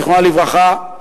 זיכרונה לברכה,